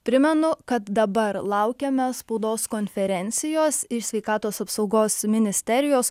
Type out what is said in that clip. primenu kad dabar laukiame spaudos konferencijos iš sveikatos apsaugos ministerijos